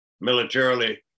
militarily